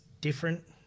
different